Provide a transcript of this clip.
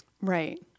Right